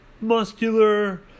muscular